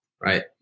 Right